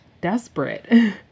desperate